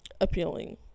appealing